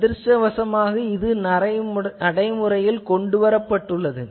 அதிர்ஷ்டவசமாக இது நடைமுறையில் கொண்டுவரப்பட்டுள்ளது